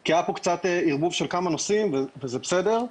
כי היה פה קצת ערבוב של כמה נושאים, וזה בסדר,